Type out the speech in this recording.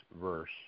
verse